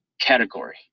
category